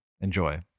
Enjoy